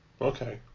Okay